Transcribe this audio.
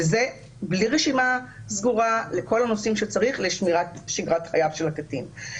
וזה בלי רשימה סגורה לכל הנושאים שצריך לשמירת שגרת חייו של הקטין.